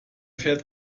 fährt